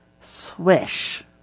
swish